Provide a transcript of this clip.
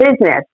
business